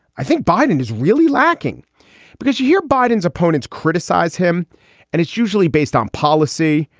i think biden is really lacking because you hear biden's opponents criticize him and it's usually based on policy.